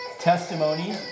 testimony